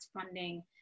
funding